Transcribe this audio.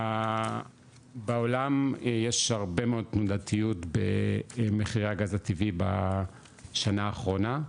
בעולם יש הרבה מאוד תנודתיות במחירי הגז הטבעי בשנה האחרונה,